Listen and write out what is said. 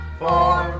four